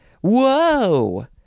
Whoa